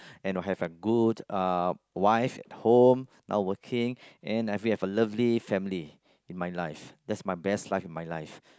and I have a good uh wife at home not working and we have a lovely family in my life that's my best life in my life